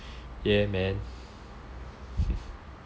ya man